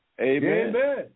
Amen